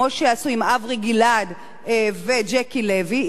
כמו שעשו עם אברי גלעד וג'קי לוי.